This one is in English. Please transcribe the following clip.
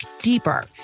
deeper